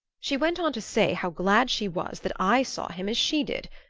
she went on to say how glad she was that i saw him as she did.